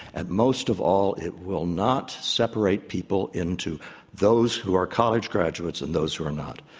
and most of all, it will not separate people into those who are college graduates and those who are not.